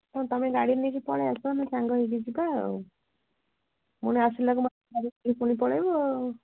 ହଁ ତୁମେ ଗାଡ଼ି ନେଇକି ପଳାଇ ଆସ ଆମେ ସାଙ୍ଗ ହେଇକି ଯିବା ଆଉ ପୁଣି ଆସିଲା ବେଳକୁ ପୁଣି ମୋତେ ଛାଡ଼ିକିରି ପୁଣି ପଳାଇବ ଆଉ